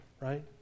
right